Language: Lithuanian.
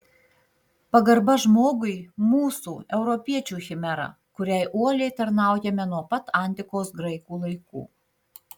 pagarba žmogui mūsų europiečių chimera kuriai uoliai tarnaujame nuo pat antikos graikų laikų